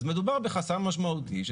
אז מדובר בחסם משמעותי.